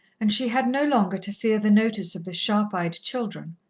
and she had no longer to fear the notice of the sharp-eyed children,